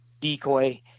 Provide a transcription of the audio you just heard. decoy